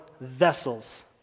vessels